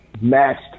matched